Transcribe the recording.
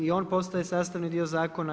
I on postaje sastavni dio zakona.